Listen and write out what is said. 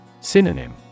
Synonym